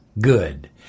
Good